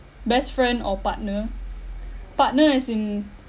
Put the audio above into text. best friend or partner partner as in